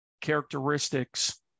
characteristics